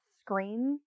screen